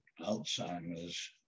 Alzheimer's